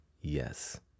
Yes